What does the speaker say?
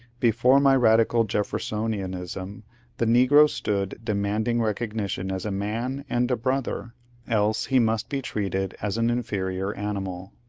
before my radical jeffersonianism the negro stood demanding recognition as a man and a brother else he must be treated as an inferior animal.